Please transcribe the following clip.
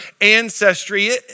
ancestry